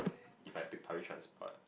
if I take public transport